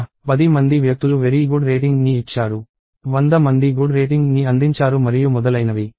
10 మంది వ్యక్తులు very good rating ని ఇచ్చారు వంద మంది గుడ్ రేటింగ్ ని అందించారు మరియు మొదలైనవి"